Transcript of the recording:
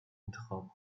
انتخاب